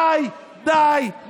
די.